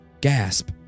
gasp